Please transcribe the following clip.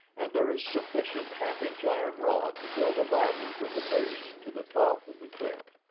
and there is sufficient half-inch iron rod to build a ladder from the base to the top of the cliff.